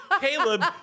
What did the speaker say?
Caleb